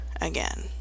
again